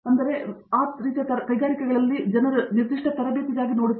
ಆದ್ದರಿಂದ ವಿಶೇಷವಾಗಿ ಆ ರೀತಿಯ ಕೈಗಾರಿಕೆಗಳಲ್ಲಿ ಜನರು ನಿರ್ದಿಷ್ಟ ತರಬೇತಿಗಾಗಿ ನೋಡುತ್ತಾರೆ